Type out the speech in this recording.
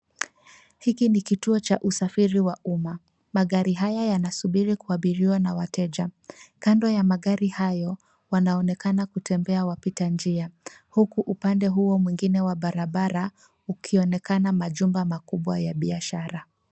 Hiki ni kituo cha usafiri wa umma. Magari haya yanasubiri kuabiriwa na wateja. Kando ya magari hayo, wanaonekana kutembea wapita njia. Huku upande huo mwingine wa barabara, ukionekana majumba makubwa ya biashara.